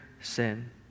sin